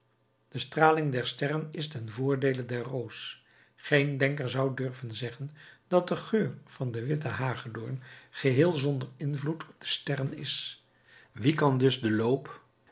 de straling der sterren is ten voordeele der roos geen denker zou durven zeggen dat de geur van den witten hagedoorn geheel zonder invloed op de sterren is wie kan dus den loop